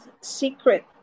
secret